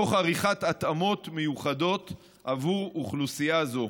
תוך עריכת התאמות מיוחדות עבור אוכלוסייה זו.